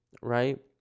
right